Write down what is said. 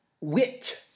wit